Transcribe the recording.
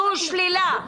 זו שלילה.